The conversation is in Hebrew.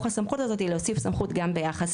בתוך הסמכות הזאת להוסיף סמכות גם ביחס